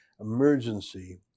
emergency